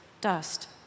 dust